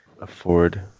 afford